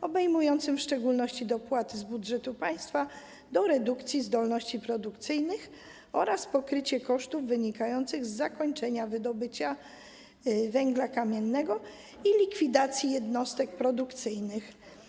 Obejmuje w szczególności dopłaty z budżetu państwa do redukcji zdolności produkcyjnych oraz pokrycie kosztów wynikających z zakończenia wydobycia węgla kamiennego i likwidacji jednostek produkcyjnych.